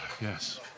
Yes